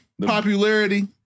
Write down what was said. popularity